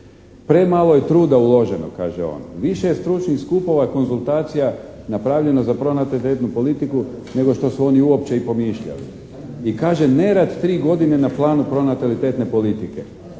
Premalo je truda uloženo kaže on, više je stručnih skupova i konzultacija napravljeno za pronatalitetnu politiku nego što su oni uopće i promišljali i kaže nerad tri godine na planu pronatalitetne politike.